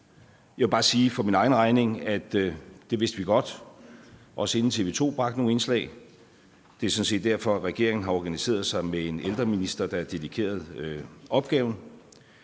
Jeg vil bare sige for min egen regning, at det vidste vi godt, også inden TV 2 bragte nogen indslag. Det er sådan set derfor, at regeringen har organiseret sig med en ældreminister, der er dedikeret opgaven.